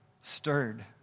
stirred